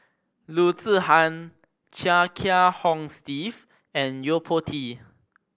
Loo Zihan Chia Kiah Hong Steve and Yo Po Tee